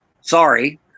Sorry